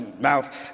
mouth